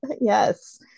yes